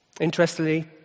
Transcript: Interestingly